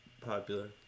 popular